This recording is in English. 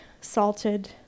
salted